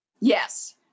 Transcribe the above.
Yes